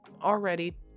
already